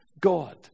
God